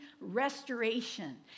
restoration